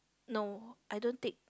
no I don't take